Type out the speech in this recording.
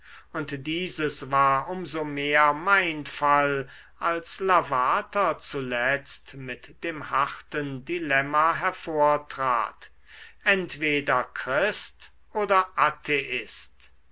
und dieses war um so mehr mein fall als lavater zuletzt mit dem harten dilemma hervortrat entweder christ oder atheist